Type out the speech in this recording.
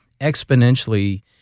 exponentially